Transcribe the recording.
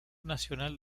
nacional